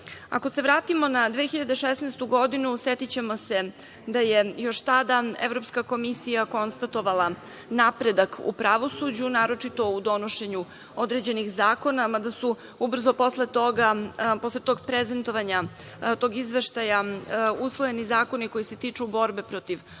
se vratimo na 2016. godinu, setićemo se da je još tada Evropska komisija konstatovala napredak u pravosuđu, naročito u donošenju određenih zakona, mada su ubrzo posle tog prezentovanja tog izveštaja usvojeni zakoni koji se tiču borbe protiv